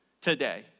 today